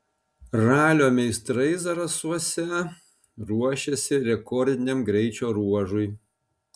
ralio meistrai zarasuose ruošiasi rekordiniam greičio ruožui